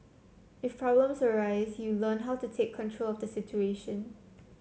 if problems arise you learn how to take control of the situation